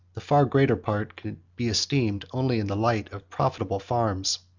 the far greater part could be esteemed only in the light of profitable farms.